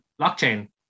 blockchain